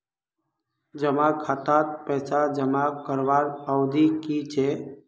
जमा खातात पैसा जमा करवार अवधि की छे?